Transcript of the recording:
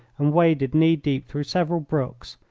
and waded knee-deep through several brooks,